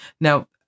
Now